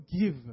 give